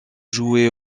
jouaient